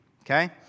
okay